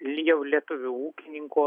jau lietuvių ūkininkų